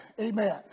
Amen